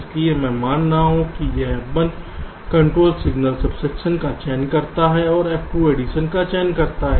इसलिए मैं मान रहा हूं कि यह F1 कंट्रोल सिगनल सब्ट्रैक्शन का चयन करता है और F2 एडिशन का चयन करता है